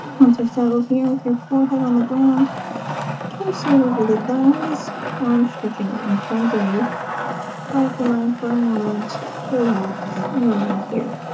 once you're settled here with your forehead on the ground torso over the thighs arm stretching out in front of you quiet the mind for a moment relax and remain here